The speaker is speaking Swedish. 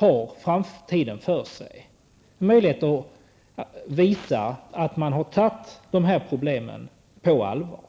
god framtidsinriktning och visar att man har tagit de här problemen på allvar.